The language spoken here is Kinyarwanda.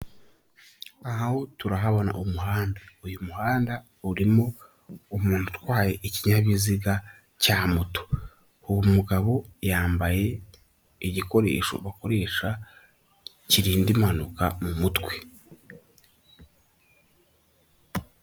Aha turahabona umuhanda uyu muhanda urimo umuntu utwaye ikinyabiziga cya moto uwo mugabo yambaye igikoresho bakoresha kirinda impanuka mu mutwe.